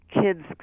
kids